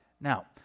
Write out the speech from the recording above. Now